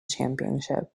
championship